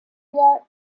yet